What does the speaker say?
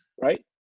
right